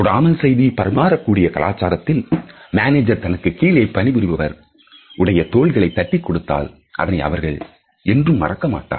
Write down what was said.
தொடாமல் செய்தி பரிமாற கூடிய கலாச்சாரத்தில் மேனேஜர் தனக்கு கீழ் பணிபுரிபவர் உடைய தோள்களை தட்டிக் கொடுத்தால் அதனை அவர்கள் என்றும் மறக்க மாட்டார்